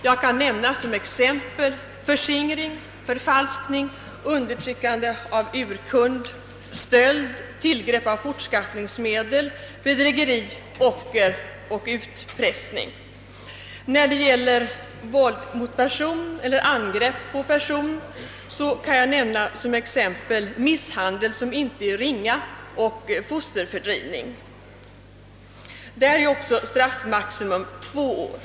Jag kan nämna förskingring, förfalskning, undertryckande av urkund, stöld, tillgrepp av fortskaffningsmedel, bedrägeri, ocker och utpressning. I fråga om våld mot person eller angrepp mot person kan jag nämna som exempel misshandel, som inte är ringa, och fosterfördrivning. Även för dessa brott är straffmaximum två år.